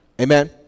Amen